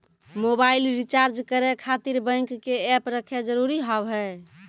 Mobile recharge करे खातिर bank के ऐप रखे जरूरी हाव है?